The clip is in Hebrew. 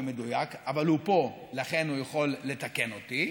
מדויק אבל הוא פה ולכן הוא יכול לתקן אותי,